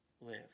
live